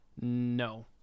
No